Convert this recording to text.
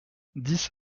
dix